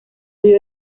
vio